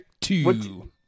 two